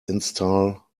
install